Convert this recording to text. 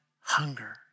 hunger